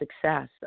success